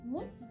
Miss